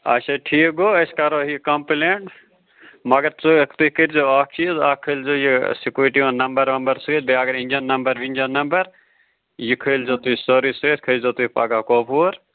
اَچھا ٹھیٖک گوٚو أسۍ کَرو یہِ کَمپٕلینٛٹ مگر ژٕ تُہۍ کٔرۍزیو اَکھ چیٖز اَکھ کھٲلۍزیو یہِ سٕکوٗٹی ہُنٛد نَمبَر وَمبَر سۭتۍ بیٚیہِ اَگر اِنٛجَن نَمبَر وِنٛجَن نَمبَر یہِ کھٲلۍزیو تُہۍ سورُے سۭتۍ کھٔسۍزیو تُہۍ پَگاہ کۄپوور